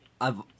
I've-